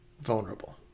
vulnerable